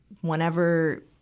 whenever